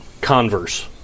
Converse